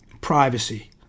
privacy